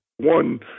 One